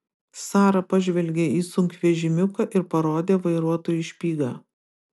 sara pažvelgė į sunkvežimiuką ir parodė vairuotojui špygą